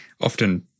Often